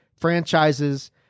franchises